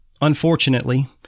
unfortunately